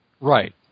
Right